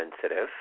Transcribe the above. sensitive